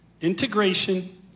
integration